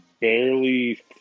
barely